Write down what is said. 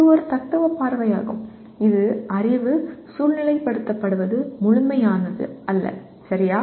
இது ஒரு தத்துவ பார்வையாகும் இது அறிவு சூழ்நிலைப்படுத்தப்படுவது முழுமையானது அல்ல சரியா